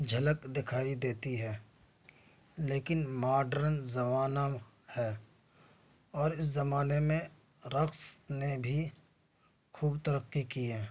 جھلک دکھائی دیتی ہے لیکن ماڈرن زمانہ ہے اور اس زمانے میں رقص نے بھی خوب ترقی کی ہے